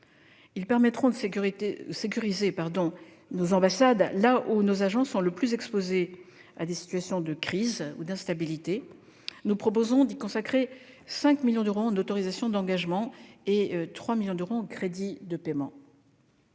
Ils permettront de sécuriser nos ambassades là où nos agents sont le plus exposés à des situations de crise ou d'instabilité. Nous proposons d'y consacrer 5 millions d'euros en autorisations d'engagement et 3 millions d'euros en crédits de paiement.